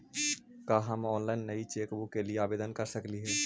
का हम ऑनलाइन नई चेकबुक के लिए आवेदन कर सकली हे